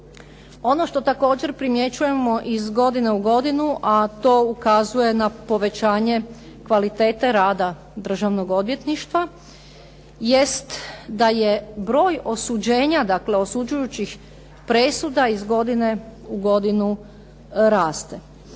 Ono što također primjećujemo iz godine u godinu, a to ukazuje na povećanje kvalitete rada Državnog odvjetništva jest da je broj osuđenja, dakle osuđujućih presuda iz godine u godinu raste.